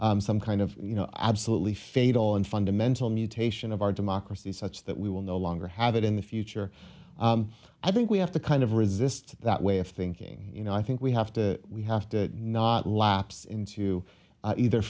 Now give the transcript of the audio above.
fascism some kind of you know absolutely fatal and fundamental mutation of our democracy such that we will no longer have it in the future i think we have to kind of resist that way of thinking you know i think we have to we have to not lapse into either